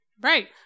Right